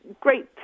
great